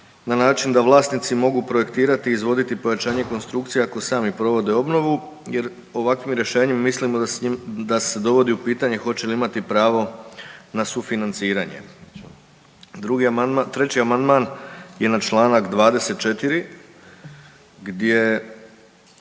na način da vlasnici mogu projektirati i izvoditi pojačanje konstrukcije ako sami provode obnovu jer ovakvim rješenjem mislimo da se dovodi u pitanje hoće li imati pravo na sufinanciranje. Treći amandman je na čl. 24. gdje